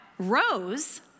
Rose